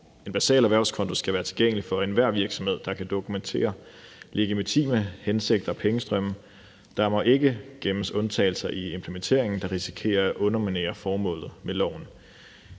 En basal erhvervskonto skal være tilgængelig for enhver virksomhed, der kan dokumentere legitime hensigter og pengestrømme. Der må ikke gemmes undtagelser i implementeringen, der risikerer at underminere formålet med loven.